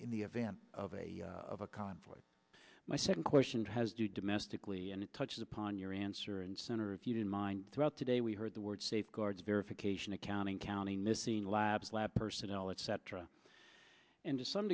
in the event of a of a conflict my second question has do domestically and it touches upon your answer and center if you didn't mind throughout today we heard the word safeguards verification accounting counting missing labs lab personnel etc and to some